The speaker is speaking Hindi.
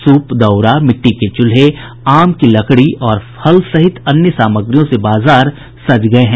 सूप दउरा मिट्टी के चूल्हे आम की लकड़ी और फल सहित अन्य सामग्रियों से बाजार सज गये हैं